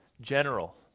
general